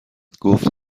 گفت